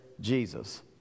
Jesus